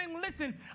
listen